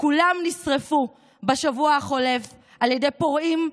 כולם נשרפו בשבוע החולף על ידי פורעים,